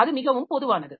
அது மிகவும் பொதுவானது